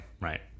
Right